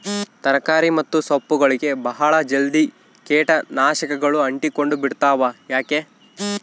ತರಕಾರಿ ಮತ್ತು ಸೊಪ್ಪುಗಳಗೆ ಬಹಳ ಜಲ್ದಿ ಕೇಟ ನಾಶಕಗಳು ಅಂಟಿಕೊಂಡ ಬಿಡ್ತವಾ ಯಾಕೆ?